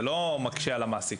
זה לא מקשה על המעסיק.